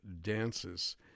Dances